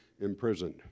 imprisoned